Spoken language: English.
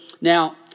Now